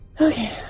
Okay